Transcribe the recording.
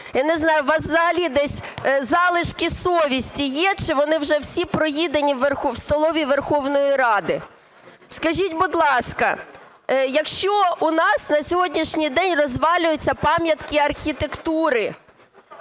Я не знаю, у вас взагалі десь залишки совісті є чи вони вже всі проїдені в столовій Верховної Ради? Скажіть, будь ласка, якщо у нас на сьогоднішній день розвалюються пам'ятки архітектури,